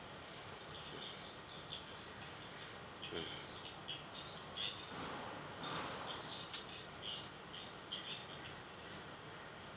mm